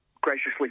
graciously